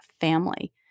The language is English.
family